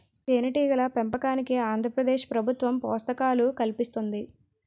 తేనెటీగల పెంపకానికి ఆంధ్ర ప్రదేశ్ ప్రభుత్వం ప్రోత్సాహకాలు కల్పిస్తుంది